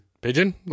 pigeon